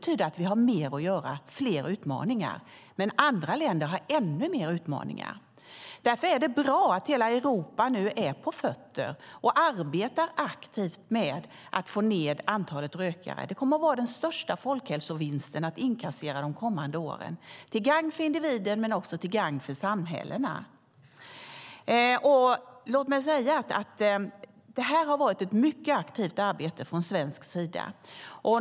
Det betyder att vi har mer att göra och fler utmaningar. Men andra länder har ännu fler utmaningar. Därför är det bra att hela Europa nu är på fötter och arbetar aktivt med att få ned antalet rökare. Det kommer att vara den största folkhälsovinsten att inkassera de kommande åren, till gagn för individen men också till gagn för samhällena. Det här har varit ett mycket aktivt arbete från svensk sida.